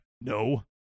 no